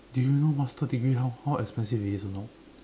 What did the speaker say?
do you know masters degree how how expensive it is or not